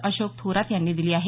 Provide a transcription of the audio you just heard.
अशोक थोरात यांनी दिली आहे